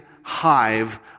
hive